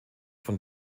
von